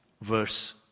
verse